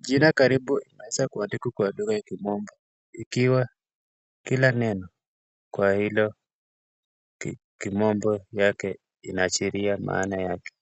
Jina karibu imeweza kuandikwa kuandikwa kwa jina la kimombo ikiwa kila neno kwa hilo kimombo lake linaashiria maana yake